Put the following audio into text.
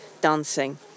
dancing